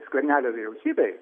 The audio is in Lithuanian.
skvernelio vyriausybei